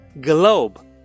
Globe